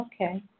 Okay